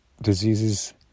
diseases